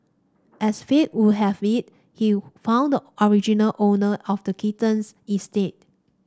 as fate would have it he found the original owner of the kittens instead